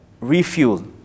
Refuel